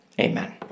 Amen